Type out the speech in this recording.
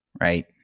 right